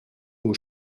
aux